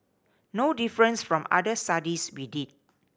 no difference from other studies we did